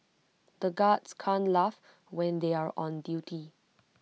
the guards can't laugh when they are on duty